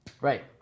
Right